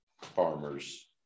farmers